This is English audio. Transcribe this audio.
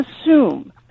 assume